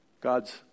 God's